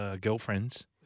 girlfriends